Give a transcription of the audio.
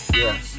yes